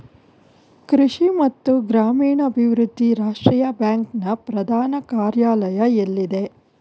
ಕೃಷಿ ಮತ್ತು ಗ್ರಾಮೀಣಾಭಿವೃದ್ಧಿ ರಾಷ್ಟ್ರೀಯ ಬ್ಯಾಂಕ್ ನ ಪ್ರಧಾನ ಕಾರ್ಯಾಲಯ ಎಲ್ಲಿದೆ?